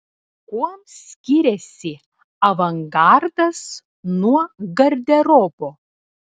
kuom skiriasi avangardas nuo garderobo